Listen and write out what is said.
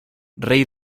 rey